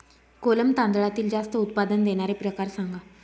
कोलम तांदळातील जास्त उत्पादन देणारे प्रकार सांगा